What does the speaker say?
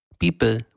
people